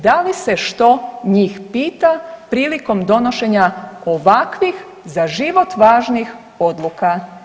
Da li se što njih pita prilikom donošenja ovakvih, za život važnih odluka?